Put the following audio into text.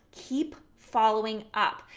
keep following up.